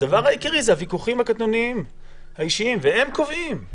הדבר העיקרי הוא הוויכוחים הקטנוניים האישיים והם קובעים,